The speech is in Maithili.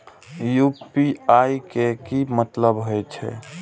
यू.पी.आई के की मतलब हे छे?